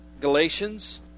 Galatians